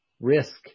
risk